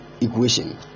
equation